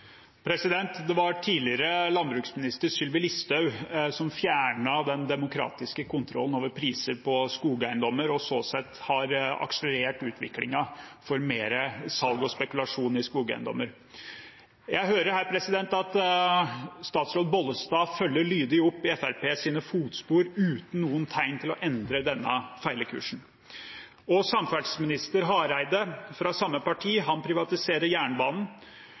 Det blir oppfølgingsspørsmål – først Nils Kristen Sandtrøen. Det var tidligere landbruksminister Sylvi Listhaug som fjernet den demokratiske kontrollen over priser på skogeiendommer, som sånn sett har akselerert utviklingen for mer salg og spekulasjon i skogeiendommer. Jeg hører her at statsråd Bollestad følger lydig opp i Fremskrittspartiets fotspor uten noen tegn til å endre denne kursen, som er feil. Samferdselsminister Hareide fra samme parti privatiserer jernbanen.